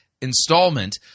installment